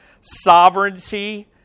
sovereignty